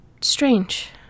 Strange